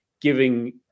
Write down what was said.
giving